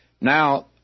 Now